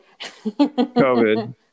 COVID